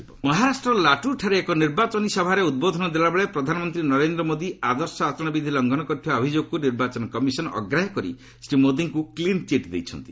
EC BJP Congress ମହାରାଷ୍ଟ୍ରର ଲାଟୁରଠାରେ ଏକ ନିର୍ବାଚନ ସଭାରେ ଉଦ୍ବୋଧନ ଦେଲାବେଳେ ପ୍ରଧାନମନ୍ତ୍ରୀ ନରେନ୍ଦ୍ର ମୋଦି ଆଦର୍ଶ ଆଚରଣବିଧି ଲଙ୍ଘନ କରିଥିବା ଅଭିଯୋଗକ୍ତ ନିର୍ବାଚନ କମିଶନ୍ ଅଗ୍ରାହ୍ୟ କରି ଶ୍ରୀ ମୋଦିଙ୍କୁ କ୍ଲିନ୍ଚିଟ୍ ଦେଇଛନ୍ତି